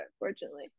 unfortunately